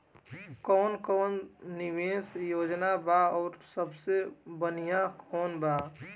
कवन कवन निवेस योजना बा और सबसे बनिहा कवन बा?